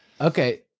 Okay